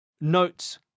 notes